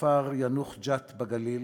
מהכפר יאנוח-ג'ת בגליל,